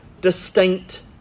distinct